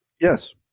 Yes